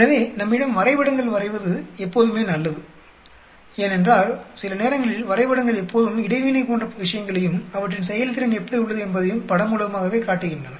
எனவே நம்மிடம் வரைபடங்கள் வரைவது எப்போதுமே நல்லது ஏனென்றால் சில நேரங்களில் வரைபடங்கள் எப்போதும் இடைவினை போன்ற விஷயங்களையும் அவற்றின் செயல்திறன் எப்படி உள்ளது என்பதையும் படம் மூலமாகவே காட்டுகின்றன